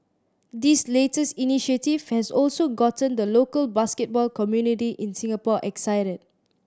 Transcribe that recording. this latest initiative has also gotten the local basketball community in Singapore excited